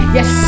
Yes